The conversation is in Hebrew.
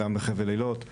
גם בחבל אילות.